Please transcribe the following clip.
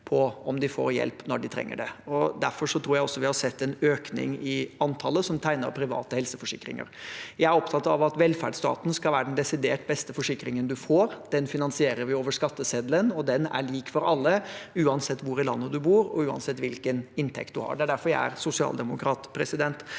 på om de får hjelp når de trenger det. Derfor tror jeg vi har sett en økning i antallet som tegner private helseforsikringer. Jeg er opptatt av at velferdsstaten skal være den desidert beste forsikringen man får. Den finansierer vi over skatteseddelen, og den er lik for alle uansett hvor i landet man bor, og uansett hvilken inntekt man har. Det er derfor jeg er sosialdemokrat.